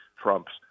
Trump's